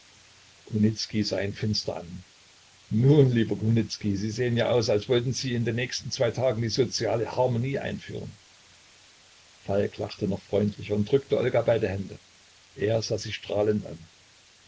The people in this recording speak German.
sah ihn finster an nun lieber kunicki sie sehen ja aus als wollten sie in den nächsten zwei tagen die soziale harmonie einführen falk lachte noch freundlicher und drückte olga beide hände er sah sie strahlend an